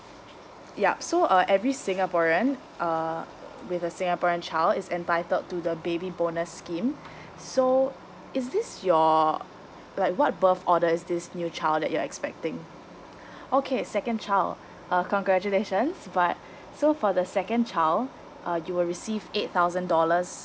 yup so uh every singaporean uh with a singaporean child is entitled to the baby bonus scheme so is this your like what birth order is this new child that you're expecting okay second child uh congratulations but so for the second child uh you will receive eight thousand dollars